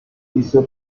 hizo